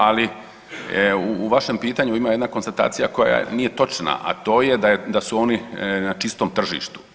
Ali u vašem pitanju ima jedna konstatacija koja nije točna, a to je da su oni na čistom tržištu.